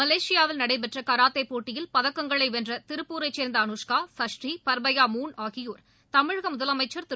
மலேசியாவில் நடைபெற்ற கராத்தே போட்டியில் பதக்கங்களை வென்ற திருப்பூரை சேர்ந்த அனுஷ்கா சஸ்டீ பா்பயாமூன் ஆகியோா் தமிழக முதலமைச்சா் திரு